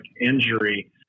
injury